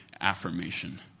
affirmation